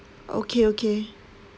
okay okay